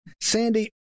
Sandy